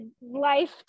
life